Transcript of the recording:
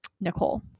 nicole